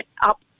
up